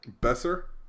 Besser